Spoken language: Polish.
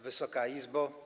Wysoka Izbo!